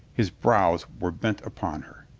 his brows were bent upon her.